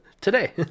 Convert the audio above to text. today